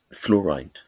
fluoride